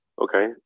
Okay